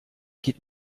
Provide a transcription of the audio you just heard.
geht